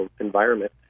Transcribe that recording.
environment